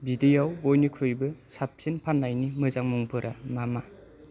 बिदैआव बयनिख्रुइबो साबसिन फाननायनि मोजां मुंफोरा मा मा